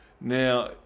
Now